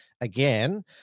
Again